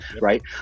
right